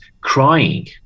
crying